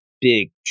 big